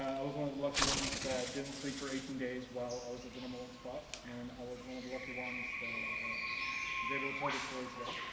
i was one of the lucky ones that didn't sleep for eighteen days while i was at the number one spot and i was one of the lucky ones that is able to tell this story today.